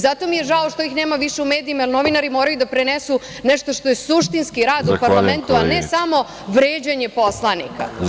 Zato mi je žao što ih više nema u medijima, jer novinari moraju da prenesu nešto što je suštinski rad u parlamentu, a ne samo vređanje poslanika.